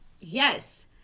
Yes